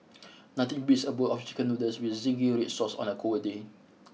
nothing beats a bowl of chicken noodles with zingy red sauce on a cold day